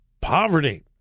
poverty